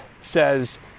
says